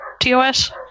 TOS